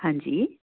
ਹਾਂਜੀ